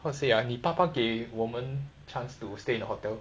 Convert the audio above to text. what say ah 你爸爸给我们 chance to stay in a hotel